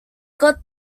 got